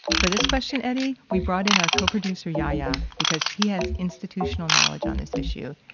for this question, eddie, we brought in our co-producer yahya because he has institutional knowledge on this issue.